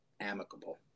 amicable